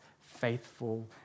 faithful